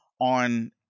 on